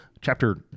chapter